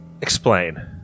Explain